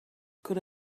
could